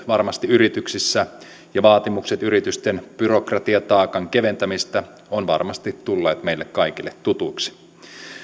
varmasti kiertänyt yrityksissä ja vaatimukset yritysten byrokratiataakan keventämisestä ovat varmasti tulleet meille kaikille tutuiksi